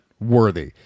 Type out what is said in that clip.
worthy